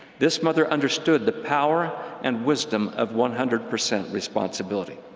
this mother understood the power and wisdom of one hundred percent responsibility.